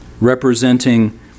representing